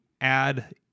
add